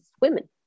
women